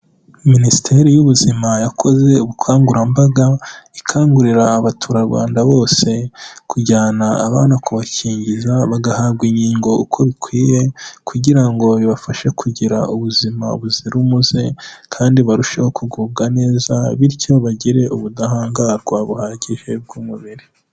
Minisiteri y'ubuzima yakoze ubukangurambaga, ikangurira abaturarwanda bose kujyana abana kubakingiza bagahabwa inkingo uko bikwiye, kugira ngo bibafashe kugira ubuzima buzira umuze, kandi barusheho kugubwa neza, bityo bagire ubudahangarwa buhagije bw'umubiri.